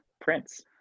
Prince